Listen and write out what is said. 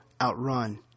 outrun